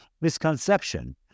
misconception